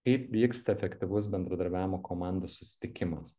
kaip vyksta efektyvus bendradarbiavimo komandų susitikimas